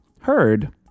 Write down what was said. heard